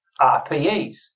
RPEs